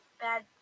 bad